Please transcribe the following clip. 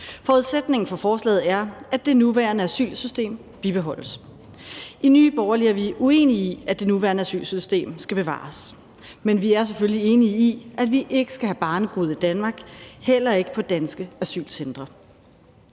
Forudsætningen for forslaget er, at det nuværende asylsystem bibeholdes. I Nye Borgerlige er vi uenige i, at det nuværende asylsystem skal bevares, men vi er selvfølgelig enige i, at vi ikke skal have barnebrude i Danmark, heller ikke på danske asylcentre.